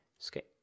Escape